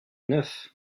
neuf